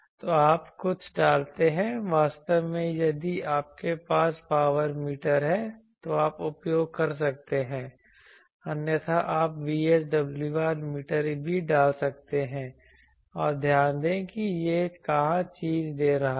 तो आप कुछ डालते हैं वास्तव में यदि आपके पास पावर मीटर है तो आप उपयोग कर सकते हैं अन्यथा आप VSWR मीटर भी डाल सकते हैं और ध्यान दें कि यह कहां चीज दे रहा है